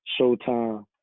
Showtime